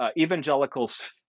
Evangelicals